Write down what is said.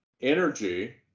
energy